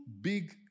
big